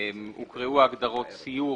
הוקראו הגדרות "סיור"